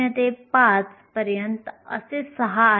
तर बाह्य अर्धवाहक जवळजवळ नेहमीच वापरले जातात